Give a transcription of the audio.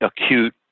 acute